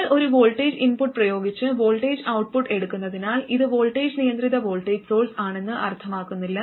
നിങ്ങൾ ഒരു voltage input പ്രയോഗിച്ച് വോൾട്ടേജ് ഔട്ട്പുട്ട് എടുക്കുന്നതിനാൽ ഇത് വോൾട്ടേജ് നിയന്ത്രിത വോൾട്ടേജ് സോഴ്സ് ആണെന്ന് അർത്ഥമാക്കുന്നില്ല